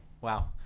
wow